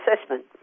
assessment